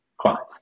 clients